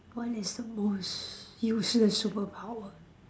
what is the most useless superpower